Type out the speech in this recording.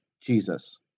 Jesus